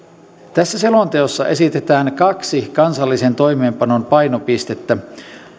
tässä selonteossa esitetään kaksi kansallisen toimeenpanon painopistettä